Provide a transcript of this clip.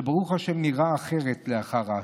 שברוך השם נראה אחרת לאחר ההשתלה.